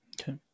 Okay